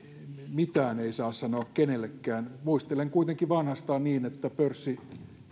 mitään ei saa sanoa kenellekään muistelen kuitenkin vanhastaan niin että pörssin